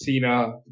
Cena